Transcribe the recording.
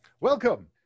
welcome